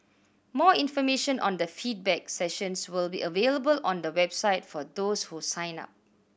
more information on the feedback sessions will be available on the website for those who sign up